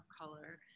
color